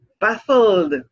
Baffled